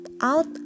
out